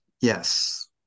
Yes